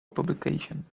publication